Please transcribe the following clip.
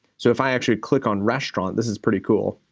so if i actually click on restaurant, this is pretty cool,